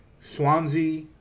Swansea